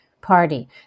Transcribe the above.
party